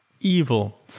evil